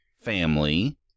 family